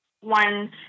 one